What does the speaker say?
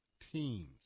teams